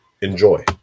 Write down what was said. enjoy